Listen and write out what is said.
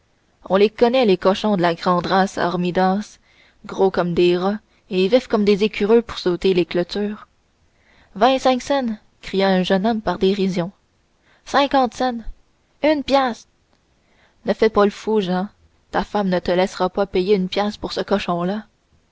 on les connaît les cochons de la grand race à hormidas gros comme des rats et vifs comme des écureux pour sauter les clôtures vingt-cinq cents cria un jeune homme par dérision cinquante cents une piastre ne fais pas le fou jean ta femme ne te laissera pas payer une piastre pour ce cochon là